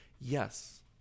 yes